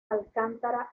alcántara